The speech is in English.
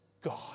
God